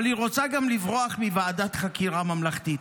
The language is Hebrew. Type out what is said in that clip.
אבל היא רוצה לברוח גם מוועדת חקירה ממלכתית.